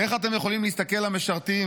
איך אתם יכולים להסתכל למשרתים,